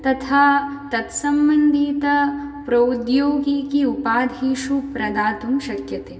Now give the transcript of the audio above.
तथा तत्सम्बन्धितप्रौद्योगिकी उपाधिषु प्रदातुं शक्यते